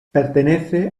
pertenece